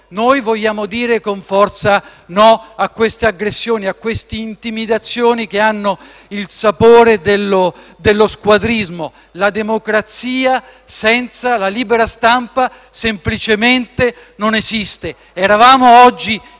Noi vogliamo dire con forza no a queste aggressioni e intimidazioni che hanno il sapore dello squadrismo: la democrazia senza la libera stampa semplicemente non esiste. Eravamo oggi